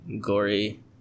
gory